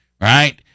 right